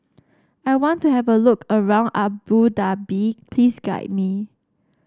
I want to have a look around Abu Dhabi please guide me